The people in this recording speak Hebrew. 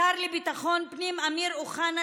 השר לביטחון הפנים אמיר אוחנה,